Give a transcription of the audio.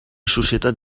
societat